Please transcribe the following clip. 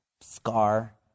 scar